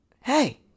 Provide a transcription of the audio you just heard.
hey